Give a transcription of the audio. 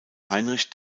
heinrich